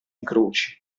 incroci